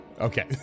Okay